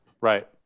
Right